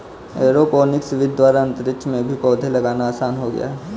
aeroponics विधि द्वारा अंतरिक्ष में भी पौधे लगाना आसान हो गया है